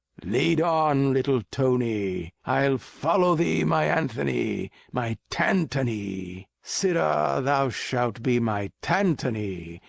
lead on, little tony. i'll follow thee, my anthony, my tantony. sirrah, thou shalt be my tantony,